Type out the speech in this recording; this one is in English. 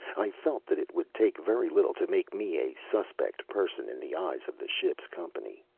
i felt that it would take very little to make me a suspect person in the eyes of the ship's company.